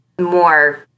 more